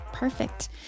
Perfect